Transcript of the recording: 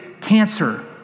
cancer